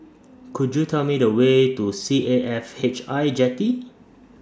Could YOU Tell Me The Way to C A F H I Jetty